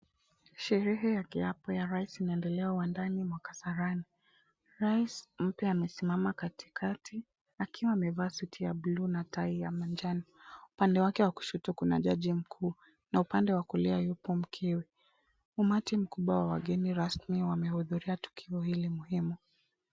Sherehe ya kiapo ya rais inaendelea uwandani mwa kasarani. Rais mpya amesimama katikati akiwa amevaa suti ya bluu na tai ya manjano. Upande wake wa kushoto kuna jaji mkuu, na upande wa kulia yupo mkewe. Umati mkubwa wa wageni rasmi wamehudhuria tukio hili muhimu.